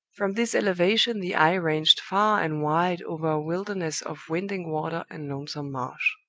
from this elevation the eye ranged far and wide over a wilderness of winding water and lonesome marsh.